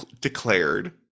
declared